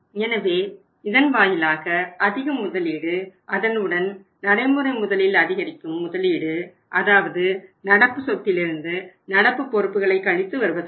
எனவே இதன் வாயிலாக அதிக முதலீடு அதனுடன் நடைமுறை முதலில் அதிகரிக்கும் முதலீடு அதாவது நடப்பு சொத்திலிருந்து நடப்பு பொறுப்புகளை கழித்து வருவதாகும்